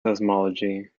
cosmology